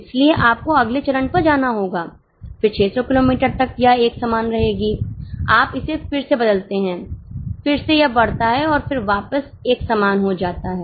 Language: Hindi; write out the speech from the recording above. इसलिए आपको अगले चरण पर जाना होगा फिर 600किलोमीटर तक यह एक समान रहेगी आप इसे फिर से बदलते हैं फिर से यह बढ़ता है और फिर वापस एक समान हो जाता है